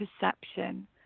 perception